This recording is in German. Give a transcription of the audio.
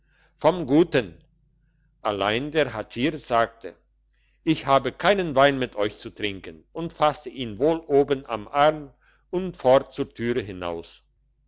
vom guten allein der hatschier sagte ich habe keinen wein mit euch zu trinken und fasste ihn wohl oben am arm und fort zur türe hinaus